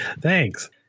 Thanks